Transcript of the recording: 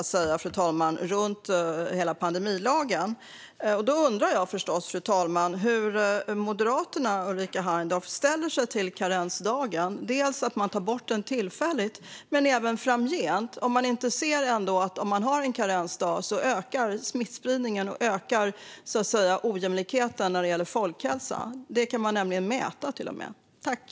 Det var i ett paket runt hela pandemilagen, så att säga. Jag undrar förstås hur Moderaterna och Ulrika Heindorff ställer sig till karensdagen, fru talman - inte bara till att man tar bort den tillfälligt utan även framgent. Ser man ändå att smittspridningen och ojämlikheten när det gäller folkhälsa ökar om vi har en karensdag? Det kan nämligen till och med mätas.